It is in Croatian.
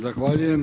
Zahvaljujem.